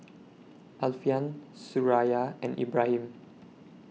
Alfian Suraya and Ibrahim